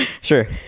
Sure